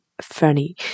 funny